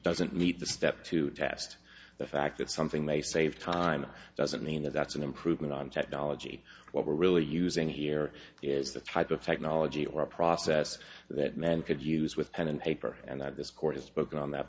doesn't need to step to test the fact that something may save time doesn't mean that that's an improvement on technology what we're really using here is the type of technology or process that men could use with pen and paper and that this court has spoken on that